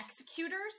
executors